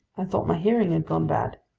i thought my hearing had gone bad.